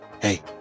hey